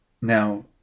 Now